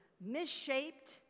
misshaped